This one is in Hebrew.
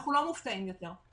אנחנו לא מופתעים יותר.